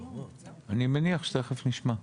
אני מניח שתכף נשמע.